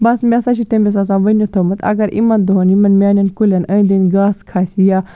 بَس مےٚ ہسا چھُ تٔمِس آسان ؤنِتھ تھوٚمُت اگر یِمَن دۄہَن یِمَن میانٮ۪ن کُلٮ۪ن أندۍ أنٛدۍ گاسہٕ کھسہِ یا